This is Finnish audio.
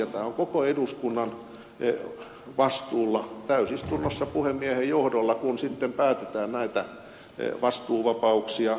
tämä on koko eduskunnan vastuulla täysistunnossa puhemiehen johdolla kun sitten päätetään näistä vastuuvapauksista